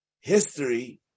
history